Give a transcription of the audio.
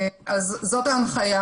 זאת ההנחיה.